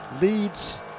leads